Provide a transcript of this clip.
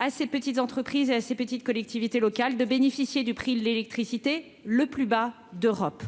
à ses petites entreprises à ses petites collectivités locales de bénéficier du prix de l'électricité, le plus bas d'Europe,